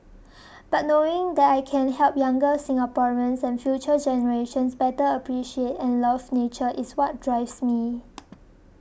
but knowing that I can help younger Singaporeans and future generations better appreciate and love nature is what drives me